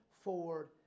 forward